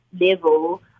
level